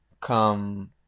come